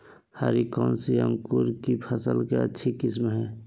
हरी कौन सी अंकुर की फसल के अच्छी किस्म है?